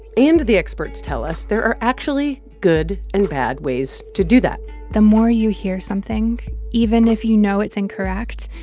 and the experts tell us there are actually good and bad ways to do that the more you hear something, even if you know it's incorrect,